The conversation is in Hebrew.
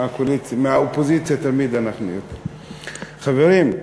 מהאופוזיציה תמיד אנחנו, חברים,